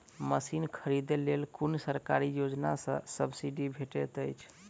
Machine खरीदे लेल कुन सरकारी योजना सऽ सब्सिडी भेटैत अछि?